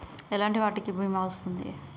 ఎలాంటి వాటికి బీమా వస్తుంది?